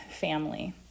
family